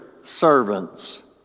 servants